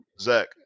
Zach